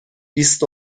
بیست